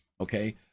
Okay